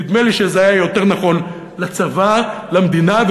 נדמה לי שזה היה יותר נכון לצבא, למדינה.